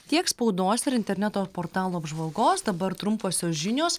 tiek spaudos ir interneto portalų apžvalgos dabar trumposios žinios